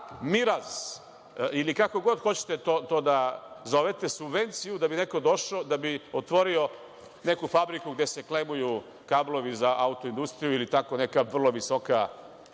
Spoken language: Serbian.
miraz ili kako god hoćete to da zovete, subvencije, da bi neko došao, da bi neko otvorio neku fabriku gde se klemuju kablovi za autoindustriju ili neka druga vrlo visoka